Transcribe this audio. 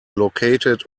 located